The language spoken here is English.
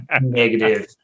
negative